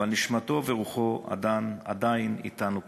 אבל נשמתו ורוחו עדיין אתנו כאן.